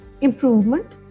improvement